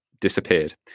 disappeared